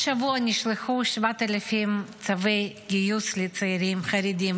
השבוע נשלחו 7,000 צווי גיוס לצעירים חרדים,